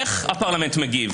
איך הפרלמנט מגיב